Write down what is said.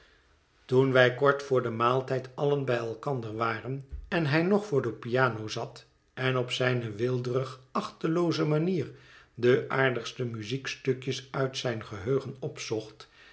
toen wij kort voor den maaltijd allen bij elkander waren en hij nog voor de piano zat en op zijne weelderig achtelooze manier de aardigste muziekstukjes uit zijn geheugen opzocht